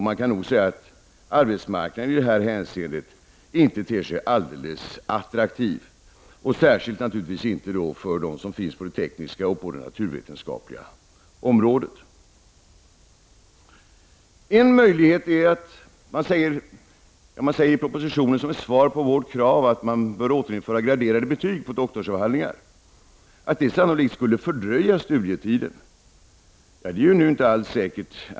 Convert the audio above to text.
Man kan nog säga att arbetsmarknaden i detta hänseende inte ter sig särskilt attraktiv — särskilt inte för dem som finns inom de tekniska och naturvetenskapliga områdena. Som ett svar på vårt krav på att man bör återinföra graderade betyg på doktorsavhandlingar, säger man i propositionen att det sannolikt skulle förlänga studietiden. Det är väl inte så säkert.